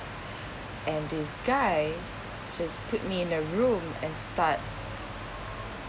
and this guy just put me in a room and start